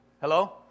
Hello